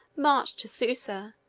marched to susa,